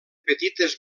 petites